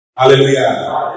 Hallelujah